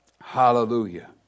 Hallelujah